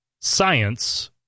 science